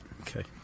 Okay